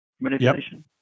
manipulation